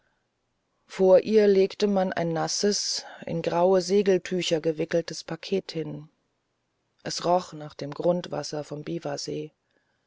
vor ihr legte man ein nasses in graue segeltücher gewickeltes paket hin das roch nach dem grundwasser vom biwasee